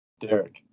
Derek